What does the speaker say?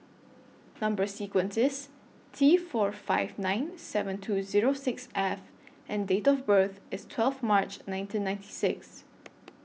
Number sequence IS T four five nine seven two Zero six F and Date of birth IS twelve March nineteen ninety six